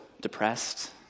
depressed